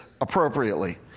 appropriately